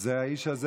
זה האיש הזה,